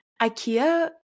Ikea